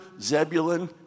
Zebulun